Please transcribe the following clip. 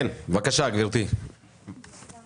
אני טכבר